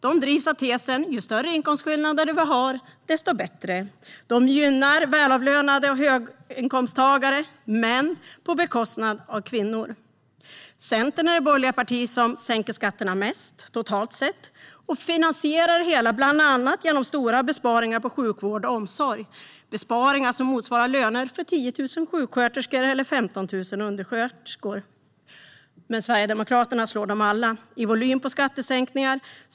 De drivs av tesen "ju större inkomstskillnader vi har, desto bättre". De gynnar välavlönade och höginkomsttagare, men på bekostnad av kvinnor. Centern är det borgerliga parti som totalt sett sänker skatterna mest, och det hela finansieras bland annat genom stora besparingar på sjukvård och omsorg - besparingar som motsvarar löner för 10 000 sjuksköterskor eller 15 000 undersköterskor. Men Sverigedemokraterna slår dem alla när det gäller skattesänkningarnas volym.